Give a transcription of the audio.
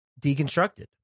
deconstructed